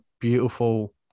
beautiful